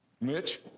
Mitch